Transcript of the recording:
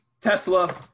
Tesla